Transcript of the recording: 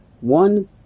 one